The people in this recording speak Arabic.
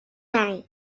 معي